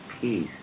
peace